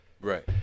Right